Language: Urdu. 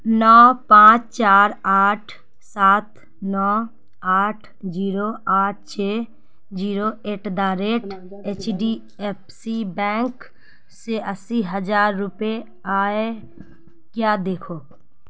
نو پانچ چار آٹھ سات نو آٹھ جیرو آٹھ چھ zero at the rate H D F C bank سے اسی ہزار روپے آئے کیا دیکھو